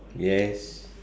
yes